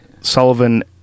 Sullivan